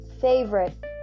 favorite